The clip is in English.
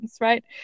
right